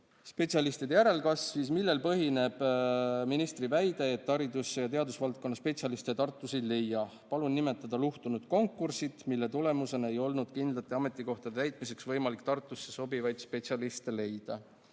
spetsialistide järelkasv, siis millel põhineb Teie väide, et haridus- ja teadusvaldkonna spetsialiste Tartust ei leia? Palun nimetada luhtunud konkursid, mille tulemusena ei olnud kindlate ametikohtade täitmiseks võimalik Tartusse sobivaid spetsialiste leida."